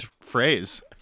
phrase